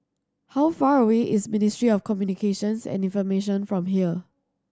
how far away is Ministry of Communications and Information from here